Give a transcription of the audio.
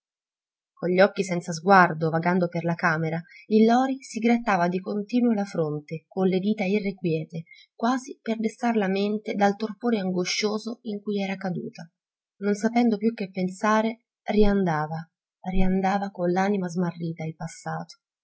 con gli occhi senza sguardo vagando per la camera il lori si grattava di continuo la fronte con le dita irrequiete quasi per destar la mente dal torpore angoscioso in cui era caduta non sapendo più che pensare riandava riandava con l'anima smarrita il passato